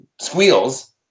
squeals